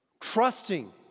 trusting